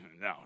no